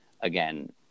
again